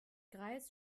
greis